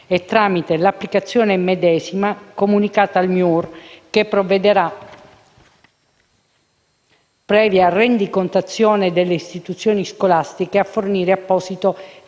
e, tramite l'applicazione medesima, comunicate al MIUR, che provvederà, previa rendicontazione delle istituzioni scolastiche, a fornire apposito finanziamento